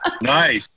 Nice